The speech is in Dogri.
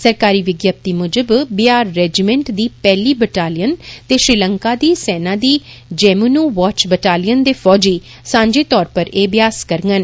सरकारी विज्ञप्ति मुजब बिहार रेजीमैन्ट दी पैहली बटालियन ते श्री लंका दी सैना दी ळमउनदमत ॅंजबी बटालियन दे फौजी सांझे तौर पर एह अभ्यास करगंन